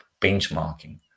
benchmarking